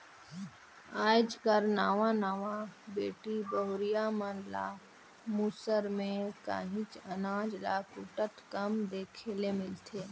आएज कर नावा नावा बेटी बहुरिया मन ल मूसर में काहींच अनाज ल कूटत कम देखे ले मिलथे